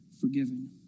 forgiven